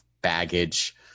baggage